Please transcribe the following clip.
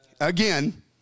Again